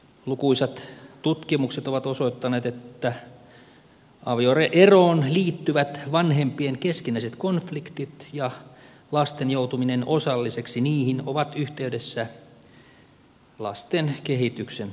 lukuisat tutkimukset ovat osoittaneet että avioeroon liittyvät vanhempien keskinäiset konfliktit ja lasten joutuminen osalliseksi niihin ovat yhteydessä lasten kehityksen häiriintymiseen